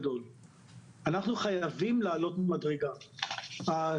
וזה חייב לשבת בסדר היום,